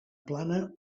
plana